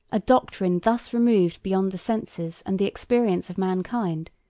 a doctrine thus removed beyond the senses and the experience of mankind,